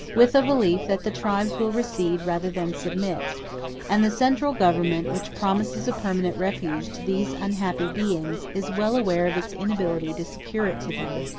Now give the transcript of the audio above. with a belief that the tribes will recede rather than submit and the central government, which promises a permanent refuge to these unhappy beings is well aware of its inability to secure it to them.